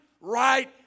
right